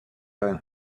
down